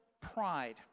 pride